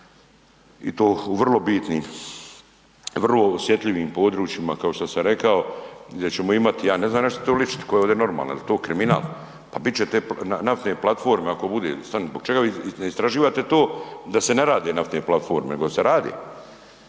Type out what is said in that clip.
i to u vrlo bitnim, vrlo osjetljivim područjima kao što sam rekao i gdje ćemo imati, ja ne znam na što to ličit, tko je ovdje normalan, jel to kriminal, pa bit će te naftne platforme ako bude. Stani, zbog čega vi ne istraživate to da se ne rade naftne platforme nego da se rade.